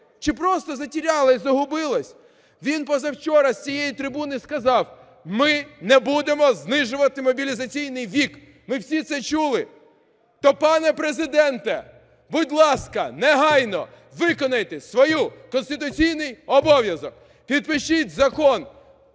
Чи просто затерялось, загубилось? Він позавчора з цієї трибуни сказав: ми не будемо знижувати мобілізаційний вік. Ми всі це чули. То, пане Президенте, будь ласка, негайно виконайте свій конституційний обов'язок, підпишіть Закон